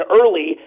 early